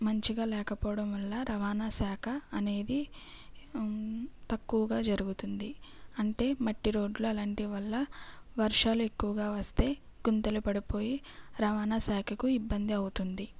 మంచిగా లేకపోవడంవల్ల రవాణాశాఖ అనేది తక్కువగా జరుగుతుంది అంటే మట్టిరోడ్లు అలాంటివి వల్ల వర్షాలు ఎక్కువగా వస్తే గుంతలు పడిపోయి రవాణాశాఖకు ఇబ్బంది అవుతుంది